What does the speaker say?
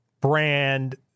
brand